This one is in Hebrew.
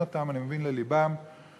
עובדותיה ועובדיה מוכרים כעובדות ועובדי